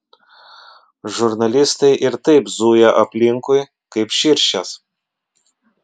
žurnalistai ir taip zuja aplinkui kaip širšės